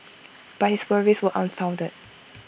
but his worries were unfounded